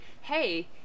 hey